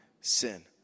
sin